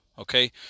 Okay